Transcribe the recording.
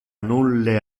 nulle